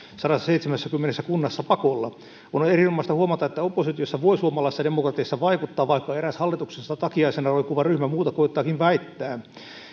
sadassaseitsemässäkymmenessä kunnassa pakolla on erinomaista huomata että oppositiossa voi suomalaisessa demokratiassa vaikuttaa vaikka eräs hallituksessa takiaisena roikkuva ryhmä muuta koettaakin väittää